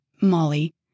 Molly